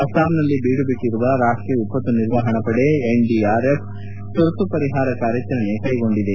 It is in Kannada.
ಅಸ್ಲಾಂನಲ್ಲಿ ಬಿಡುಬಿಟ್ಟುರುವ ರಾಷ್ಟೀಯ ವಿಪತ್ತು ನಿರ್ವಹಣಾ ಪಡೆ ಎನ್ಡಿಆರ್ಎಫ್ ತುರ್ತು ಪರಿಹಾರ ಕಾರ್ಯಚರಣೆ ಕೈಗೊಂಡಿದೆ